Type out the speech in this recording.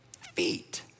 feet